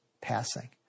passing